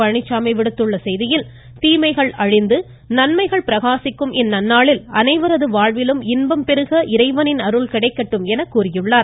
பழனிச்சாமி வெளியிட்டுள்ள வாழ்த்துச் செய்தியில் தீமைகள் அழிந்து நன்மைகள் பிரகாசிக்கும் இந்நாளில் அனைவரது வாழ்விலும் இன்பம் பெறுக இறைவனின் அருள் கிடைக்கட்டும் என கூறியுள்ளார்